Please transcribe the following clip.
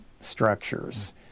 structures